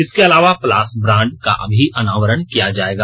इसके अलावा पलास ब्रांड का भी अनावरण किया जाएगा